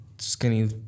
skinny